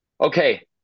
Okay